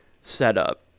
setup